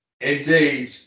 Indeed